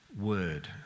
word